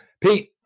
Pete